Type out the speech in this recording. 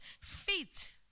feet